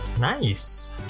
Nice